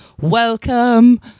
welcome